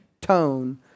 tone